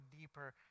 deeper